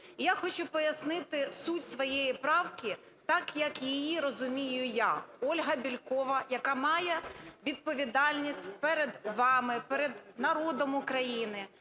Я хочу пояснити суть своєї правки так, як її розумію я, Ольга Бєлькова, яка має відповідальність перед вами, перед народом України,